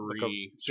three